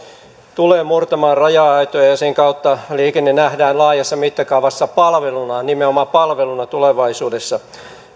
tulee murtamaan raja aitoja ja ja sen kautta liikenne nähdään laajassa mittakaavassa palveluna nimenomaan palveluna tulevaisuudessa